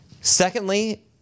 Secondly